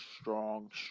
strong